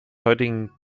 heutigen